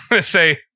Say